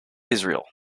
israel